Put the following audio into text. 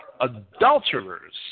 adulterers